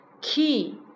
key